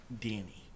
Danny